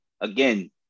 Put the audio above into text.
again